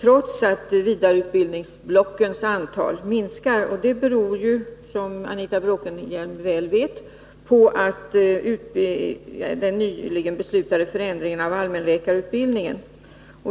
trots att 3 april 1981 vidareutbildningsblockens antal minskar. Som Anita Bråkenhielm väl vet beror detta på den nyligen beslutade förändringen av allmänläkarutbildning Om vidareutbilden.